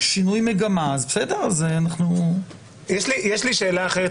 שינוי מגמה --- יש לי שאלה אחרת,